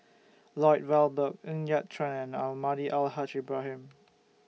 Lloyd Valberg Ng Yat Chuan and Almahdi Al Haj Ibrahim